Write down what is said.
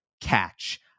catch